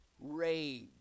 rage